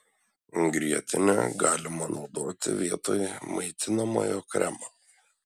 grietinę galima naudoti vietoj maitinamojo kremo